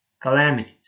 calamities